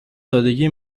سادگی